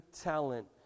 talent